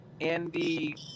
Andy